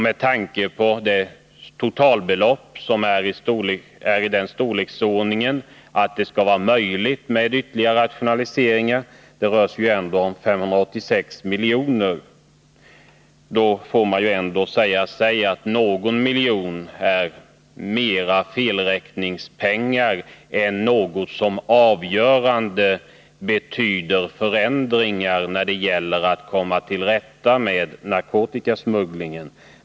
Med tanke på att totalbeloppet är i den storleksordningen att det bör vara möjligt med ytterligare rationaliseringar — det rör sig om 586 miljoner — måste man väl säga att någon miljon mera snarare är felräkningspengar än något som betyder avgörande förändringar när det gäller att komma till rätta med narkotikasmugglingen.